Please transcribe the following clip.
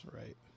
right